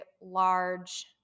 large